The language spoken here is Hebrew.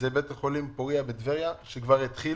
בית החולים פוריה בטבריה, ששם כבר התחילו.